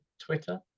twitter